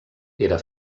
era